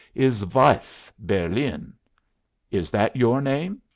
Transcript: is weiss, berlin is that your name?